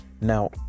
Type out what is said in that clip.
Now